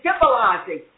symbolizing